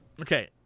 Okay